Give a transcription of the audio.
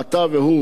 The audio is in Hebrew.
אתה והוא,